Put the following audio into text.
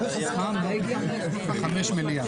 (הישיבה נפסקה בשעה...